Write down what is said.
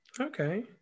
okay